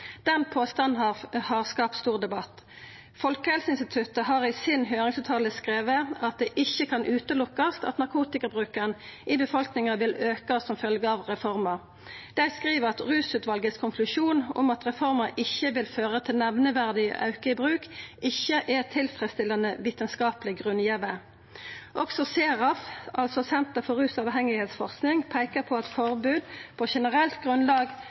Den påstanden har skapt stor debatt. Folkehelseinstituttet har i si høyringsutsegn skrive at «en ikke kan utelukke at narkotikabruken i befolkningen vil øke som følge av reformen». Dei skriv at konklusjonen til rusutvalet om at reforma ikkje vil føra til nemneverdig auke i bruk, «ikke er tilstrekkelig vitenskapelig begrunnet». Også SERAF, altså Senter for rus- og avhengighetsforskning, peikar på at forbod på generelt grunnlag